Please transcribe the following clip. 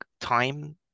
time